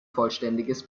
vollständiges